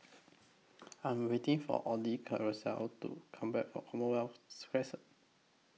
I'm waiting For Audie Carousel to Come Back from Commonwealth Crescent